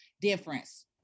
difference